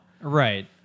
Right